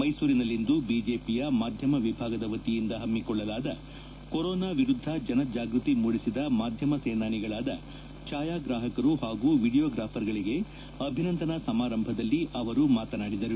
ಮೈಸೂರಿನಲ್ಲಿಂದು ಬಿಜೆಪಿಯ ಮಾಧ್ಯಮ ವಿಭಾಗದ ವತಿಯಿಂದ ಹಮ್ಮಿಕೊಳ್ಳಲಾದ ಕೊರೋನಾ ವಿರುದ್ಧ ಜನಜಾಗೃತಿ ಮೂದಿಸಿದ ಮಾಧ್ಯಮ ಸೇನಾನಿಗಳಾದ ಛಾಯಾಗ್ರಾಹಕರು ಹಾಗೂ ವಿದಿಯೋಗ್ರಾಫರ್ಗಳಿಗೆ ಅಭಿನಂದನಾ ಸಮಾರಂಭದಲ್ಲಿ ಮಾತನಾಡಿದರು